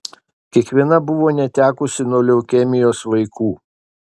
kiekviena buvo netekusi nuo leukemijos vaikų